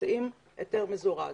מוציאים היתר מזורז.